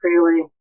freely